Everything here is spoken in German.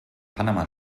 panama